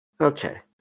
Okay